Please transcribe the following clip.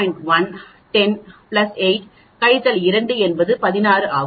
1 10 பிளஸ் 8 கழித்தல் 2 என்பது 16 ஆகும்